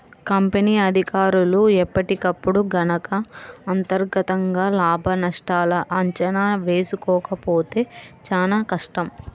company అధికారులు ఎప్పటికప్పుడు గనక అంతర్గతంగా లాభనష్టాల అంచనా వేసుకోకపోతే చానా కష్టం